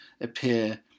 appear